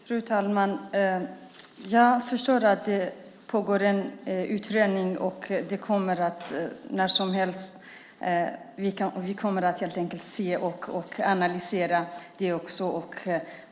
Fru talman! Jag förstår att det pågår en utredning som kommer när som helst. Vi kommer att analysera utredningens betänkande.